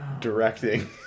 directing